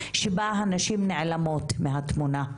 שבה הנשים נעלמות מהתמונה.